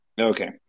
okay